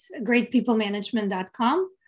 greatpeoplemanagement.com